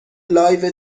لایو